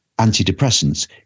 antidepressants